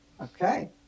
Okay